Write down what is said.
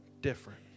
different